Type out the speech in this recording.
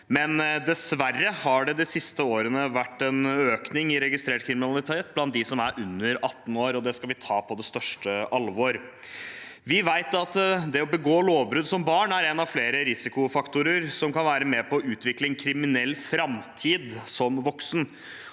men dessverre har det de siste årene vært en økning i registrert kriminalitet blant dem under 18 år, og det skal vi ta på det største alvor. Vi vet at det å begå lovbrudd som barn er en av flere risikofaktorer som kan være med på å utvikle en kriminell framtid som voksen.